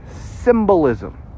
symbolism